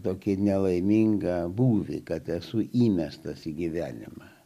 tokį nelaimingą būvį kad esu įmestas į gyvenimą